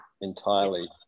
entirely